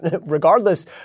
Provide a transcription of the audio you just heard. regardless